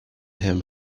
him